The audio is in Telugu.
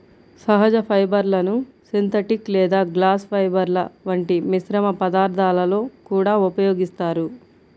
సహజ ఫైబర్లను సింథటిక్ లేదా గ్లాస్ ఫైబర్ల వంటి మిశ్రమ పదార్థాలలో కూడా ఉపయోగిస్తారు